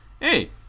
Hey